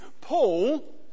Paul